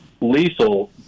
lethal